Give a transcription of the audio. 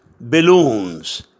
balloons